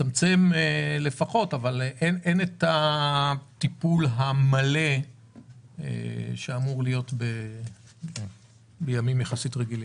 אין את הטיפול המלא שאמור להיות בימים יחסית רגילים.